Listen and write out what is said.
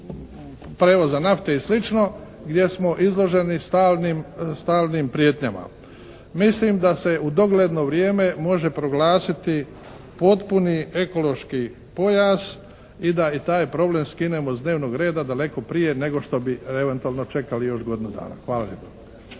prijevoza nafte i sl. gdje smo izloženi stalnim prijetnjama. Mislim da se u dogledno vrijeme može proglasiti potpuni ekološki pojas i da i taj problem skinemo s dnevnog reda daleko prije nego što bi eventualno čekali još godinu dana. Hvala